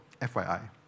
FYI